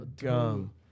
gum